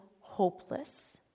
hopeless